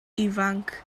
ifanc